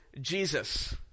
Jesus